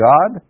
God